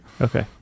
Okay